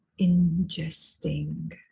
ingesting